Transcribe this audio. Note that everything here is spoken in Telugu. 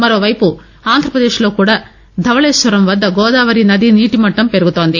మరోవైపు ఆంధ్రప్రదేశ్లో కూడా ధవళేశ్వరం వద్ద గోదావరి నీటిమట్లం పెరుగుతోంది